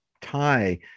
tie